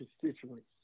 constituents